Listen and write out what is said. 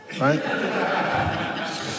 right